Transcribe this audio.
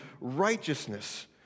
righteousness